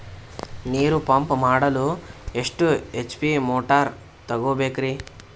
ನೀರು ಪಂಪ್ ಮಾಡಲು ಎಷ್ಟು ಎಚ್.ಪಿ ಮೋಟಾರ್ ತಗೊಬೇಕ್ರಿ?